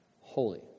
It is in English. holy